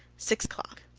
six o'clock.